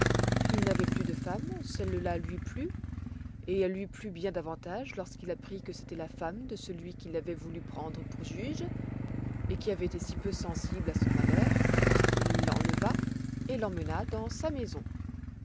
il n'avoit plus de femme celle-là lui plut et elle lui plut bien davantage lorsqu'il apprit que c'étoit la femme de celui qu'il avoit voulu prendre pour juge et qui avoit été si peu sensible à son malheur il l'enleva et l'emmena dans sa maison